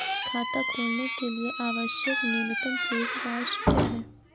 खाता खोलने के लिए आवश्यक न्यूनतम शेष राशि क्या है?